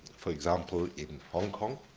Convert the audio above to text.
for example, in hong kong,